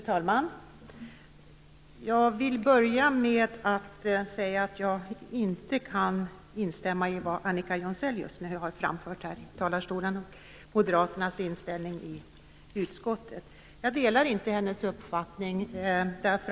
Fru talman! Jag vill börja med att säga att jag inte kan instämma i den inställning som moderaterna i utskottet har - som Annika Jonsell just nu har framfört här i talarstolen. Jag delar inte hennes uppfattning.